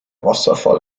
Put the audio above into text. wasserfall